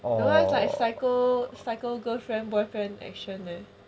that [one] is like psycho psycho girlfriend boyfriend action leh